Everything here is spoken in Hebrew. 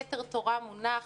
כתר תורה מונח,